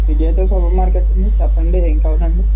Vijetha super markets అండి చెప్పండి ఏం కావాలండి